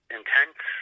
intense